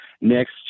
next